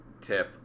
tip